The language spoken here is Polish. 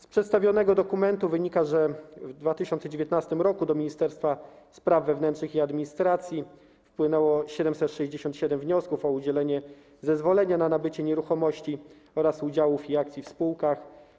Z przedstawionego dokumentu wynika, że w 2019 r. do Ministerstwa Spraw Wewnętrznych i Administracji wpłynęło 767 wniosków o udzielenie zezwolenia na nabycie nieruchomości oraz udziałów i akcji w spółkach.